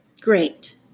Great